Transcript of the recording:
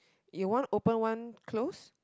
you want open one close